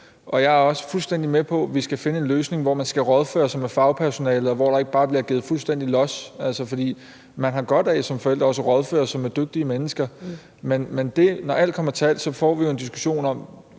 fuldstændig med på, at vi skal finde en løsning, hvor man skal kunne rådføre sig med fagpersonalet, og hvor der ikke bare bliver givet fuldstændig los, altså fordi man har godt af som forældre at rådføre sig med dygtige mennesker. Men når alt kommer til alt, får vi jo en diskussion om,